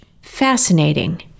Fascinating